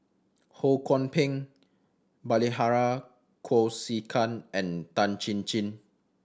Ho Kwon Ping Bilahari Kausikan and Tan Chin Chin